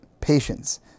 patience